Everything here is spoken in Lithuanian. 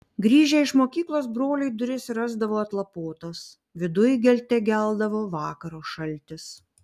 grįžę iš mokyklos broliai duris rasdavo atlapotas viduj gelte geldavo vakaro šaltis